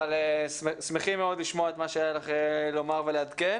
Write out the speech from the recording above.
אבל שמחים מאוד לשמוע את מה שהיה לך לומר ולעדכן.